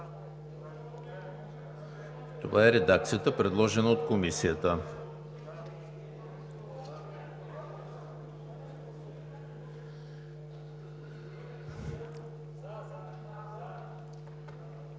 Това е редакцията, предложена от Комисията.